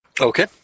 Okay